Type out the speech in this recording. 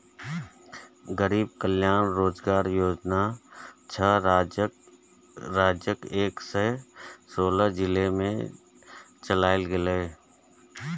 गरीब कल्याण रोजगार योजना छह राज्यक एक सय सोलह जिला मे चलायल गेलै